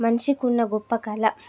మనిషికి ఉన్న గొప్ప కళ